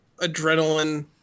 adrenaline